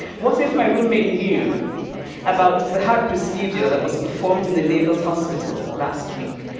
what if my roommate knew about the heart procedure that was performed in the lagos hospital last week?